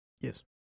Yes